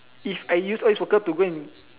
if I use all these worker to go and